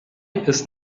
ist